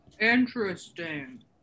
Interesting